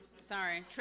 sorry